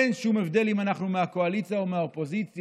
אין שום הבדל אם אנחנו מהקואליציה או מהאופוזיציה,